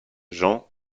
jean